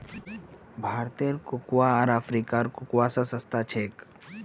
भारतेर कोकोआ आर अफ्रीकार कोकोआ स सस्ता छेक